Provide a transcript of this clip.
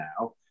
now